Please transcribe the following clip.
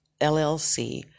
LLC